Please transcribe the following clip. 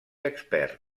expert